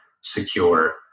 secure